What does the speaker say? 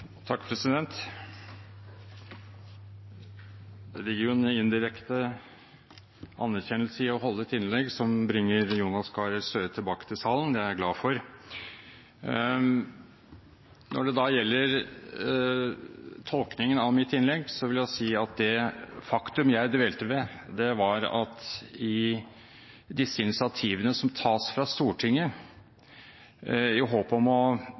Det ligger jo en indirekte anerkjennelse i å holde et innlegg som bringer Jonas Gahr Støre tilbake til salen. Det er jeg glad for. Når det gjelder tolkningen av mitt innlegg, vil jeg si at det faktum jeg dvelte ved, var at disse initiativene som tas fra Stortinget i håp om å